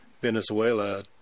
Venezuela